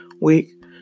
week